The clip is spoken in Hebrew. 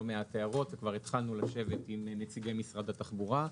מעט הערות וכבר התחלנו לשבת עם נציגי משרד התחבורה.